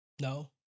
No